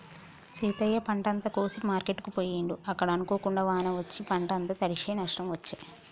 సీతయ్య పంట అంత కోసి మార్కెట్ కు పోయిండు అక్కడ అనుకోకుండా వాన వచ్చి పంట అంత తడిశె నష్టం వచ్చే